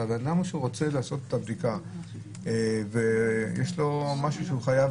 אבל בן אדם שרוצה לעשות את הבדיקה ויש לו משהו שהוא חייב